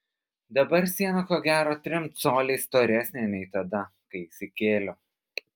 dabar siena ko gero trim coliais storesnė nei tada kai įsikėliau